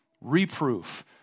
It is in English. Reproof